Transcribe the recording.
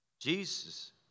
Jesus